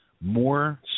More